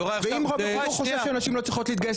אם רוב הציבור חושב שנשים לא צריכות להתגייס